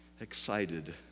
excited